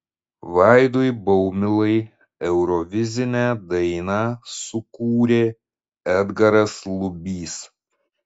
vaidui baumilai eurovizinę dainą sukūrė edgaras lubys